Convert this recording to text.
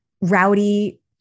Rowdy